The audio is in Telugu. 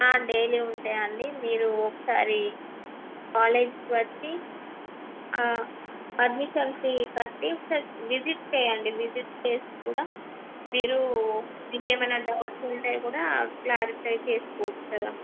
డైలీ ఉంటాయండి మీరు ఒకసారి కాలేజ్కి వచ్చి అడ్మిషన్ ఫీ కట్టి ఒకసారి విజిట్ చెయ్యండి విజిట్ చేసి కూడా మీరు మీకేమైనా డౌట్స్ ఉంటే కూడా క్లారిఫై చేసుకోవచ్చు కదా